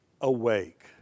awake